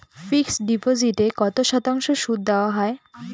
Fixed ডিপোজিটে কত শতাংশ সুদ দেওয়া হয়?